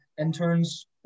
interns